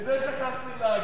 את זה שכחתי להגיד,